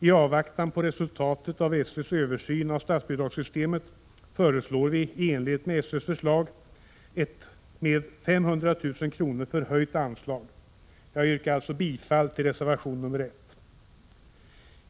I avvaktan på resultatet av SÖ:s översyn av statsbidragssystemet föreslår vi i enlighet med SÖ:s förslag ett med 500 000 kr. förhöjt anslag. Jag yrkar bifall till reservation 1.